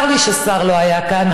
צר לי ששר לא היה כאן,